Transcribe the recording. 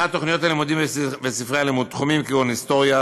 1. תוכניות הלימודים וספרי הלימוד: תחומים כגון היסטוריה,